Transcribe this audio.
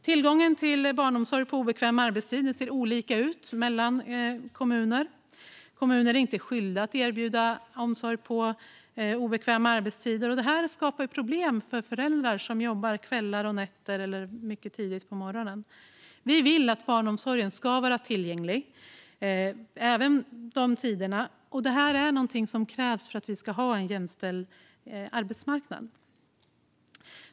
Tillgången till barnomsorg på obekväm arbetstid ser olika ut mellan kommuner. De är inte skyldiga att erbjuda omsorg på obekväma arbetstider. Det skapar problem för föräldrar som jobbar kvällar, nätter eller tidiga morgnar. Vi vill att barnomsorgen ska vara tillgänglig även de tiderna. Det krävs för att man ska ha en jämställd arbetsmarknad.